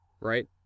right